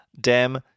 Dem